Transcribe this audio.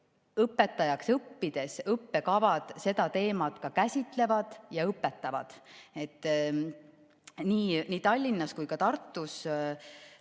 õpetajaks õppides õppekavad seda teemat ka käsitlevad ja õpetavad. Nii Tallinnas kui ka Tartus